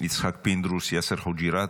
יצחק פינדרוס, יאסר חוג'יראת,